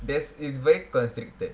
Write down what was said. there's it's very constricted